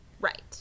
right